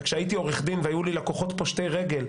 וכשהייתי עורך דין והיו לי לקוחות פושטי רגל,